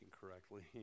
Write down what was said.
correctly